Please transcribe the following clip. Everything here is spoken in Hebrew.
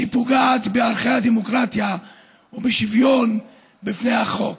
שפוגעת בערכי הדמוקרטיה ובשוויון בפני החוק.